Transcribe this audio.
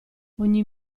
ogni